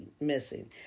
missing